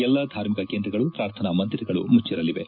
ಎಲ್ಲ ಧಾರ್ಮಿಕ ಕೇಂದ್ರಗಳು ಪ್ರಾರ್ಥನಾ ಮಂದಿರಗಳು ಮುಚ್ಚರಲಿವೆ